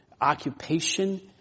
occupation